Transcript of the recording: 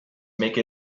make